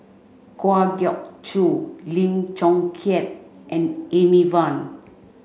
Kwa Geok Choo Lim Chong Keat and Amy Van